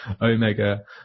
Omega